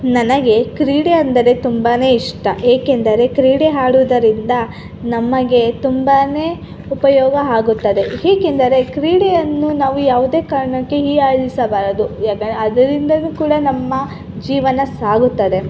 ನನಗೆ ಕ್ರೀಡೆ ಅಂದರೆ ತುಂಬಾ ಇಷ್ಟ ಏಕೆಂದರೆ ಕ್ರೀಡೆ ಆಡೋದರಿಂದ ನಮಗೆ ತುಂಬಾ ಉಪಯೋಗ ಆಗುತ್ತದೆ ಏಕೆಂದರೆ ಕ್ರೀಡೆಯನ್ನು ನಾವು ಯಾವುದೇ ಕಾರಣಕ್ಕೆ ಹೀಯಾಳಿಸಬಾರದು ಯಾಕಂದರೆ ಅದರಿಂದಲೂ ಕೂಡ ನಮ್ಮ ಜೀವನ ಸಾಗುತ್ತದೆ